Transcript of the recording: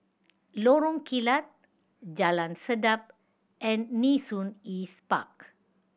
Lorong Kilat Jalan Sedap and Nee Soon East Park